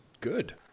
good